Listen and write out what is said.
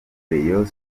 rayon